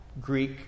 Greek